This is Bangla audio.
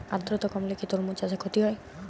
আদ্রর্তা কমলে কি তরমুজ চাষে ক্ষতি হয়?